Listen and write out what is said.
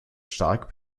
stark